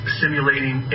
simulating